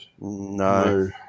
No